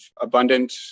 abundant